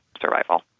survival